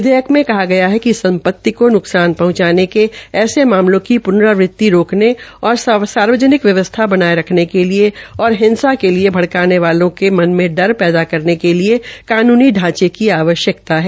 विधेयक मे कहा गया है कि संपति को नुकसान पहंचाने के ऐसे मामलों की पुनरावृति को रोकने और सार्वजनिक व्यवस्थ बनाये रखने के लिए और हिंसा के लिए भइक्काने वालों के भय के डर पैदा करने के लिए कानूनी ढांचे की जरूरत है